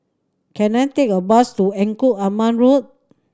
can I take a bus to Engku Aman Road